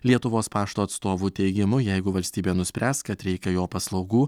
lietuvos pašto atstovų teigimu jeigu valstybė nuspręs kad reikia jo paslaugų